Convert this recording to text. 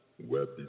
web